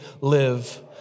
live